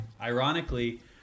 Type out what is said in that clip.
Ironically